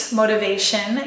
motivation